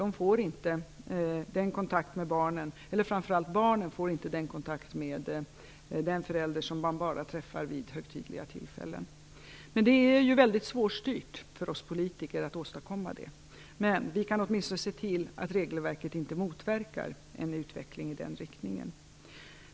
Framför allt får inte barnen tillräcklig kontakt med den förälder som de bara träffar vid högtidliga tillfällen. Det är väldigt svårstyrt för oss politiker att åstadkomma denna kontakt. Men vi kan åtminstone se till att regelverket inte motverkar en utveckling i den riktningen.